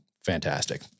fantastic